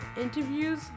interviews